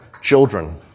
Children